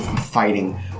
fighting